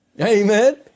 Amen